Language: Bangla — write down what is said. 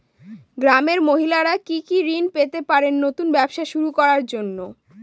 গ্রামের মহিলারা কি কি ঋণ পেতে পারেন নতুন ব্যবসা শুরু করার জন্য?